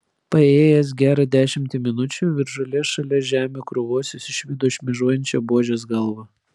paėjėjęs gerą dešimtį minučių virš žolės šalia žemių krūvos jis išvydo šmėžuojančią buožės galvą